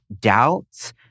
doubts